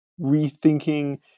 rethinking